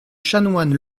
chanoine